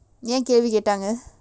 ஏன் கேள்வி கேட்டாங்க:yaen kelvi ketaanga